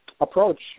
approach